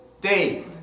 day